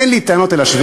אין לי טענות אל השבדים.